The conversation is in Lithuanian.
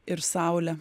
ir saule